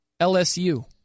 LSU